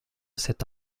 cet